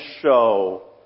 show